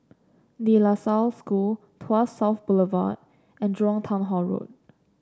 De La Salle School Tuas South Boulevard and Jurong Town Hall Road